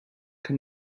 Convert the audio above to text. can